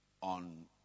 on